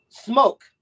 Smoke